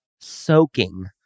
soaking